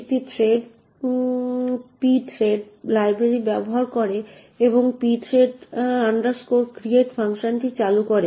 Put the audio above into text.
একটি thread pthread library ব্যবহার করে এবং pthread create ফাংশনটি চালু করে